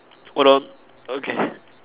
hold on okay